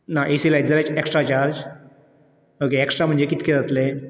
ना A C लायत जाल्या एक्स्ट्रा चार्ज ओके एक्स्ट्रा म्हणजे कितके जातले